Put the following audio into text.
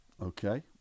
Okay